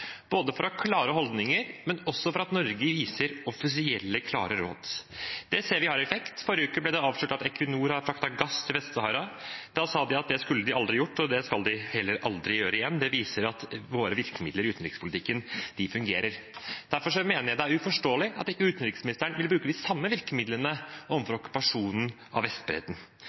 for å ha klare holdninger, men også for at Norge har klare offisielle råd. Det ser vi har effekt. Forrige uke ble det avslørt at Equinor har fraktet gass til Vest-Sahara. Da sa de at det skulle de aldri ha gjort, og det skal de heller aldri gjøre igjen. Det viser at våre virkemidler i utenrikspolitikken fungerer. Derfor mener jeg det er uforståelig at ikke utenriksministeren vil bruke de samme virkemidlene overfor okkupasjonen av Vestbredden,